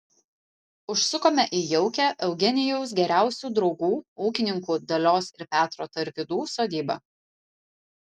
užsukome į jaukią eugenijaus geriausių draugų ūkininkų dalios ir petro tarvydų sodybą